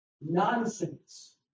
nonsense